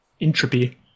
entropy